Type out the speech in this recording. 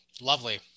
lovely